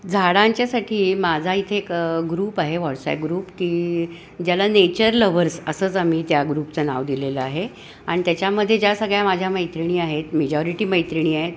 झाडांच्यासाठी माझा इथे एक ग्रुप आहे व्हॉट्सॅप ग्रुप की ज्याला नेचर लव्हर्स असंच आम्ही त्या ग्रुपचं नाव दिलेलं आहे आणि त्याच्यामध्ये ज्या सगळ्या माझ्या मैत्रिणी आहेत मेजॉरिटी मैत्रिणी आहेत